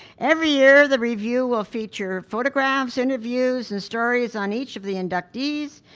every year the review will feature photographs, interviews and stories on each of the inductees,